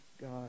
God